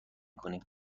کنیم